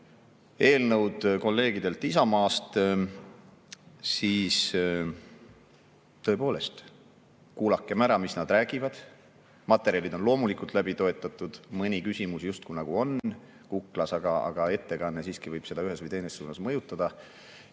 eelnõud kolleegidelt Isamaast, siis tõepoolest kuulakem ära, mis nad räägivad. Materjalid on loomulikult läbi töötatud. Mõni küsimus justkui on kuklas, aga ettekanne võib seda siiski ühes või teises suunas mõjutada.